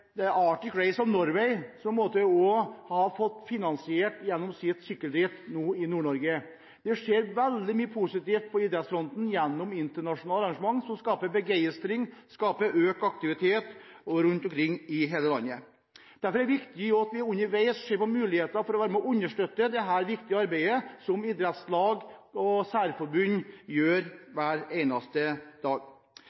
Race of Norway, som en på en måte også har fått finansiert, sykkelrittet i Nord-Norge. Det skjer veldig mye positivt på idrettsfronten gjennom internasjonale arrangementer som skaper begeistring og økt aktivitet rundt omkring i hele landet. Derfor er det viktig at vi underveis ser på mulighetene for å være med og understøtte dette viktige arbeidet som idrettslag og særforbund gjør